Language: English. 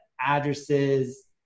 addresses